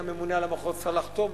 הממונה על המחוז צריך לחתום,